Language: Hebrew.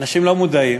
אנשים לא מודעים,